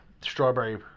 strawberry